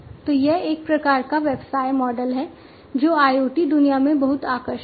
तो यह एक प्रकार का व्यवसाय मॉडल है जो IoT दुनिया में बहुत आकर्षक है